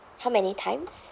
how many times